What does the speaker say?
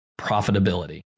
profitability